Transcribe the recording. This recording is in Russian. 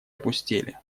опустели